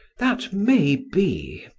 that may be.